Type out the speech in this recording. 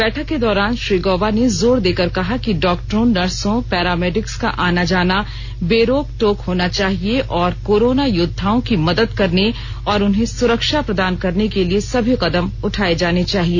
बैठक के दौरान श्री गोबा ने जोर देकर कहा कि डॉक्टरों नर्सों पैरामेडिक्स का आना जाना बेरोक टोक होना चाहिए और कोरोना योद्वाओं की मदद करने और उन्हें सुरक्षा प्रदान करने के लिए सभी कदम उठाए जाने चाहिए